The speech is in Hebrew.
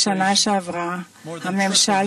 בשנה שעברה הממשל